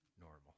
Normal